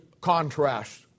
contrast